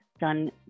done